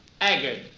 Agard